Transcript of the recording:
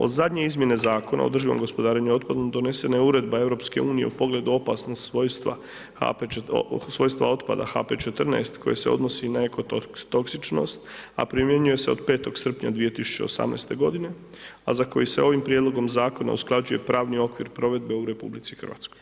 Od zadnje izmjene Zakona o održivom gospodarenju otpadom donesena je Uredba EU u pogledu opasnog svojstva otpada HP14 koji se odnosi na eko toksičnost a primjenjuje se od 5. srpnja 2018. godine a za koji se ovim prijedlogom zakona usklađuje pravni okvir provedbe u RH.